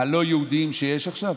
הלא-יהודיים שיש עכשיו?